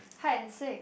hide and seek